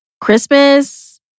Christmas